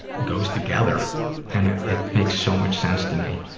goes together and it it makes so much sense to me.